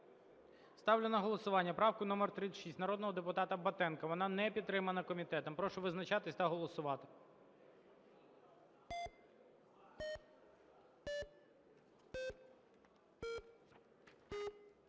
Ставлю на голосування правку номер 36 народного депутата Батенка. Вона не підтримана комітетом. Прошу визначатися та голосувати.